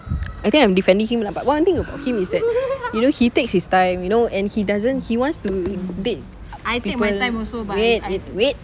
I think I'm defending him lah but one thing about him is that you know he takes his time you know and he doesn't he wants to date wait wait wait